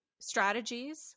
strategies